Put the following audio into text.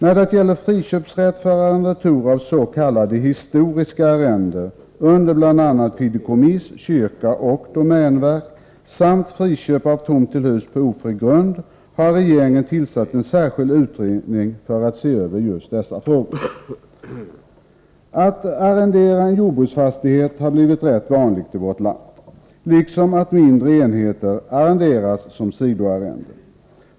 När det gäller friköpsrätt för arrendatorer av s.k. historiska arrenden under bl.a. fideikommiss, kyrka och domänverk samt friköp av tomt till hus på ofri grund har regeringen tillsatt en särskild utredning som har att se över just dessa frågor. Att arrendera en jordbruksfastighet har blivit rätt vanligt i vårt land, liksom att mindre enheter arrenderas som sidoarrende.